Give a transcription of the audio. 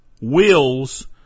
wills